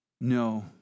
No